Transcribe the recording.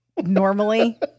normally